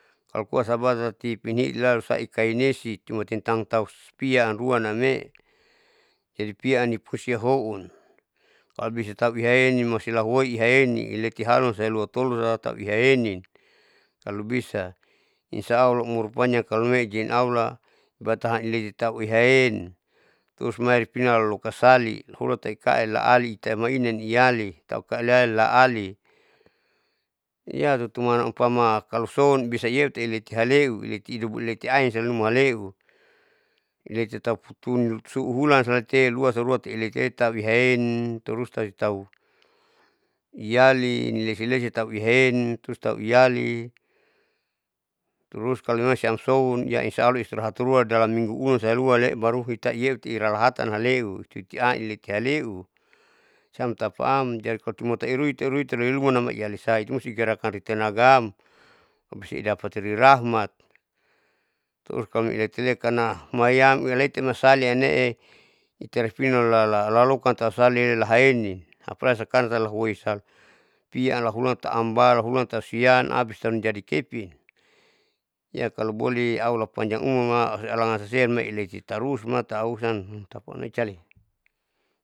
Kalakuan sabantarti pinahiit lau ikainesi cuma cintan taupia ruan ame jadi piaam nipungsi houn, kalobisa tauiahenintau mustilahon iaening letihalun sailuatolo tahu ihaenin kalobisa insaya allah umur panjang kalomeiti allah batahan nitau ihaen terus mai nipina lokasali hula taali taitai laali mainana niali tahu ikalaliali ttaali iya rutuma umpama luson bisaeuiyeti ihaleu itiiletiain ahuruma maleu iyatetap tunu suulan tate tetap sunu, suuhulantate luasalua leteeta ihaen turus talutau iyali ilesilesitau ihaen terus tahu iyalii terus kalo memang siam so yainsa allah istirahat dalam mingu ulun sahruale baru itaiteu iralahatan aleu titian iritihaleu siam tapaam jadi kalo cumata irui irui irui tauluma nam ialisa musti igerakan itenagaam usiidapati loirahmat uhkaloiletiletanam, mayang ileti masaline ijaga ripinan lalalokan tausali haeni apalagi sakaran siam lahoi san, piaam lahulan laambal hulan tahu sian abis baru jadi kepin iya kalo boleh allah panjang umurma alangan sisea leti tarus matausan tapame cali,